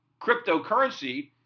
cryptocurrency